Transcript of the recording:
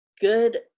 good